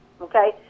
Okay